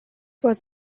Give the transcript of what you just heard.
was